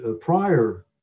prior